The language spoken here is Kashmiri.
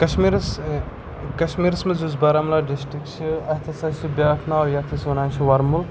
کشمیٖرَس کشمیٖرَس منٛز یُس بارہمولہ ڈِسٹِرٛک چھِ اَتھ ہَسا چھِ بیٛاکھ ناو یَتھ أسۍ وَنان چھِ وَرمُل